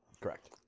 Correct